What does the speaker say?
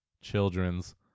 children's